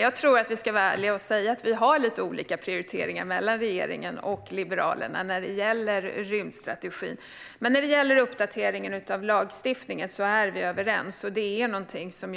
Jag tror att vi ska vara ärliga och säga att regeringen och Liberalerna har lite olika prioriteringar när det gäller rymdstrategin. När det gäller uppdateringen av lagstiftningen är vi dock överens; jag vill